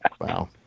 wow